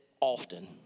often